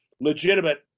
legitimate